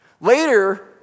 Later